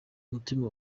mutima